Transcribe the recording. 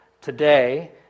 today